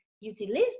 utilize